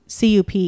CUP